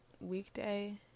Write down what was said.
weekday